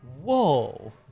Whoa